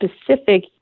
specific